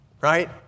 Right